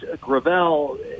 Gravel